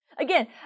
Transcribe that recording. Again